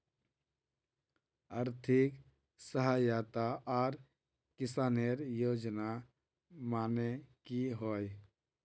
आर्थिक सहायता आर किसानेर योजना माने की होय?